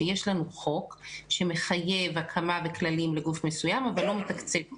שיש לנו חוק שמחייב הקמה וכללים של גוף מסוים אבל לא מתקצב אותו.